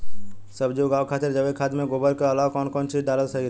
सब्जी उगावे खातिर जैविक खाद मे गोबर के अलाव कौन कौन चीज़ डालल सही रही?